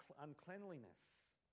uncleanliness